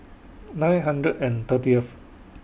nine hundred and thirtieth